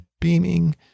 beaming